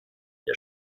der